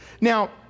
Now